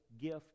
gift